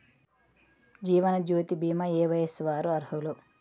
జీవనజ్యోతి భీమా ఏ వయస్సు వారు అర్హులు?